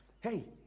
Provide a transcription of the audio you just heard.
hey